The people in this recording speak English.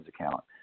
account